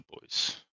boys